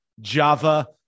Java